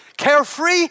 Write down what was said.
Carefree